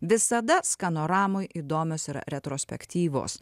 visada skanoramoj įdomios yra retrospektyvos